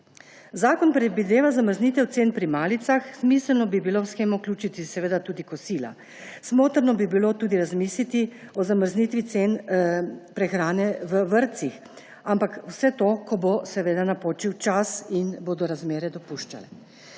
Zakon predvideva zamrznitev cen pri malicah. Smiselno bi bilo v shemo vključiti tudi kosila. Smotrno bi bilo tudi razmisliti o zamrznitvi cen prehrane v vrtcih, ampak vse to, ko bo seveda napočil čas in bodo razmere dopuščale.